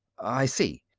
i see.